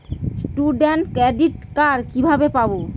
Student credit card কিভাবে পাব?